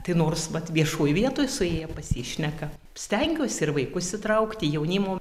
tai nors vat viešoj vietoj suėję pasišneka stengiuosi ir vaikus įtraukti jaunimo